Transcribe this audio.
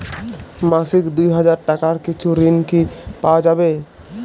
মাসিক দুই হাজার টাকার কিছু ঋণ কি পাওয়া যাবে?